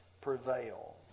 prevail